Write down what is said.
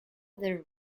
their